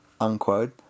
unquote